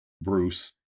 Bruce